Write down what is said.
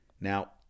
Now